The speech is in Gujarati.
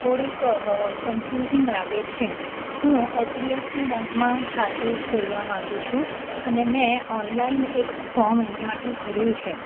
થોડીક કનફયુજિંગ લાગે છે હું એચડીએફસી બેન્કમાં ખાતું ખોલાવવા માગું છું અને મેં ઓનલાઇન એક ફોમ એના માટે ભર્યું છે